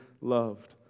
loved